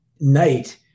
night